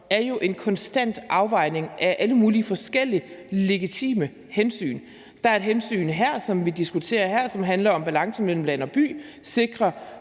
er en konstant afvejning af alle mulige forskellige legitime hensyn. Der er et hensyn her, som vi diskuterer her, og som handler om balancen mellem land og by og